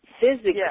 physically